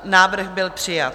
Návrh byl přijat.